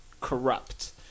corrupt